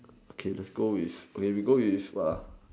okay let's go with wait we go with what ah